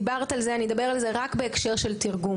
דיברת על זה, אני אדבר על זה רק בהקשר של תרגום.